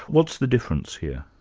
what's the difference here?